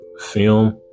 film